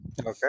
Okay